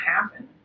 happen